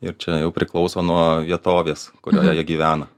ir čia jau priklauso nuo vietovės kurioje jie gyvena